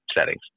settings